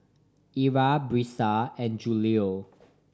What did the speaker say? Ira Brisa and Julio